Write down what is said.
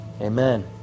Amen